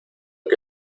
que